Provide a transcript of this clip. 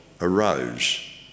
arose